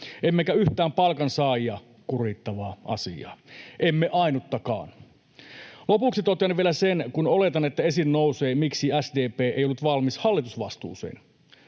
emmekä yhtään palkansaajia kurittavaa asiaa, emme ainuttakaan. Lopuksi totean vielä, kun oletan, että esiin nousee, miksi SDP ei ollut valmis hallitusvastuuseen: